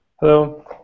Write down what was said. Hello